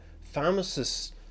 pharmacists